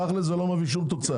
זה לא מביא לשום תוצאה.